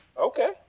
okay